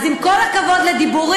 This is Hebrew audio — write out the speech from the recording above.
אז עם כל הכבוד לדיבורים,